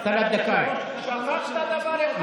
אבל שכחת דבר אחד,